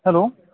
hello